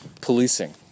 policing